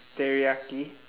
teriyaki